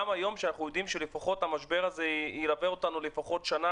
גם היום שאנחנו יודעים שהמשבר הזה ילווה אותנו לפחות שנה,